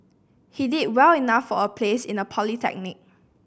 he did well enough for a place in a polytechnic